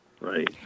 Right